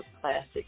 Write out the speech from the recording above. classic